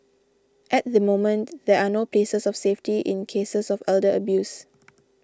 at the moment there are no places of safety in cases of elder abuse